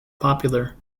popular